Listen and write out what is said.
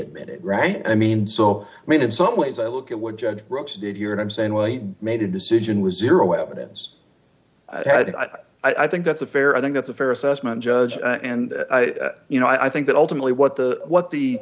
admitted right i mean so i mean in some ways i look at what judge roche did here and i'm saying well you made a decision was zero evidence had i think that's a fair i think that's a fair assessment judge and you know i think that ultimately what the what the